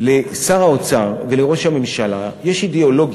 לשר האוצר ולראש הממשלה יש אידיאולוגיה,